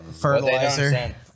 fertilizer